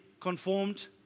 conformed